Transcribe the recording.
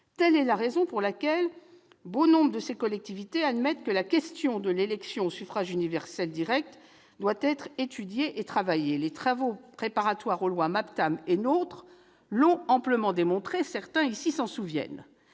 Telle est la raison pour laquelle bon nombre de ces collectivités admettent que la question de l'élection au suffrage universel direct doit être étudiée. Les travaux préparatoires aux lois MAPTAM et NOTRe l'ont amplement démontré ; certains ici s'en souviennent.